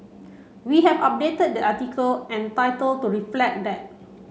we have updated the article and title to reflect that